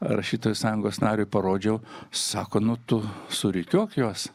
rašytojų sąjungos nariui parodžiau sako nu tu surikiuok juos